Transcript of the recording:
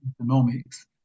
economics